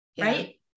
right